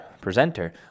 presenter